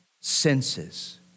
senses